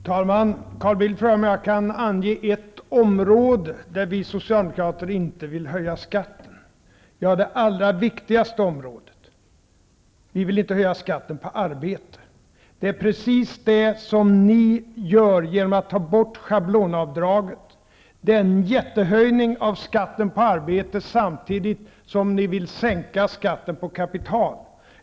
Fru talman! Carl Bildt frågar om jag kan ange ett område där vi Socialdemokrater inte vill höja skatten. Ja, och det är det allra viktigaste området: vi vill inte höja skatten på arbete. Det är precis det som ni gör genom att ta bort schablonavdraget. Det är en jättehöjning av skatten på arbete, samtidigt som ni vill sänka skatten på kapital.